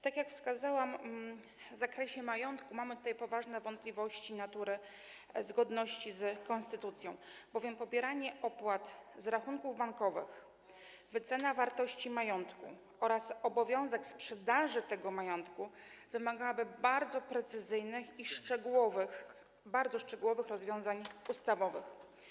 Tak jak wskazałam, w zakresie majątku mamy tutaj poważne wątpliwości dotyczące zgodności z konstytucją, bowiem pobieranie opłat z rachunków bankowych, wycena wartości majątku oraz obowiązek sprzedaży tego majątku wymagałyby bardzo precyzyjnych i bardzo szczegółowych rozwiązań ustawowych.